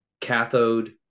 cathode